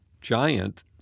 giant